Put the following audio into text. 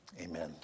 Amen